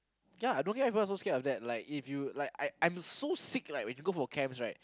ya I don't get why people so scared of that like if you like I I I'm so sick like when you go for camps right